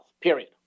period